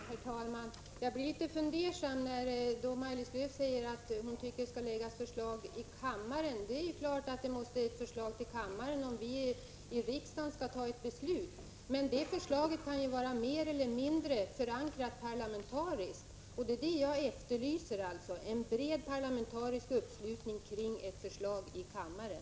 Herr talman! Jag blir litet fundersam, när Maj-Lis Lööw säger att hon tycker att förslagen skall läggas fram i kammaren. Det är klart att det måste komma förslag till kammaren, om riksdagen skall kunna fatta beslut. Men ett förslag kan ju vara mer eller mindre parlamentariskt förankrat. Jag efterlyser alltså en bred parlamentarisk uppslutning kring ett förslag i kammaren.